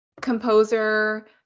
composer